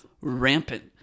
rampant